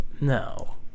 No